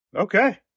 Okay